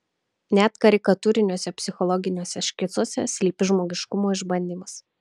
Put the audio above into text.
net karikatūriniuose psichologiniuose škicuose slypi žmogiškumo išbandymas